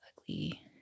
ugly